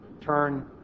Turn